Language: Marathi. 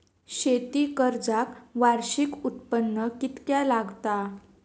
शेती कर्जाक वार्षिक उत्पन्न कितक्या लागता?